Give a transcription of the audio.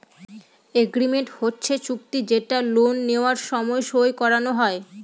agreement হচ্ছে চুক্তি যেটা লোন নেওয়ার সময় সই করানো হয়